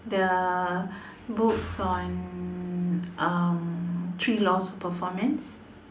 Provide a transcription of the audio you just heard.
the books on um three laws of performance